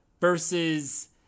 versus